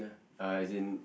ya uh as in